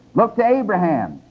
look to abraham,